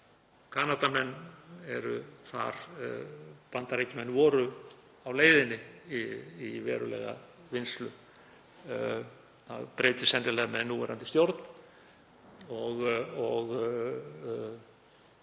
Kanadamenn eru þar og Bandaríkjamenn voru á leiðinni í verulega vinnslu. Það breytist sennilega með núverandi stjórn.